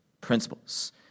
principles